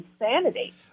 insanity